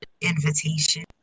invitation